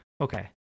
Okay